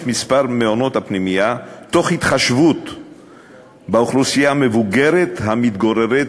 מספר מעונות הפנימייה תוך התחשבות באוכלוסייה המבוגרת המתגוררת